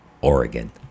Oregon